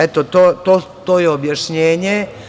Eto, to je objašnjenje.